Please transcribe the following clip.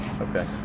Okay